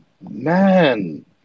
man